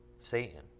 Satan